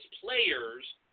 players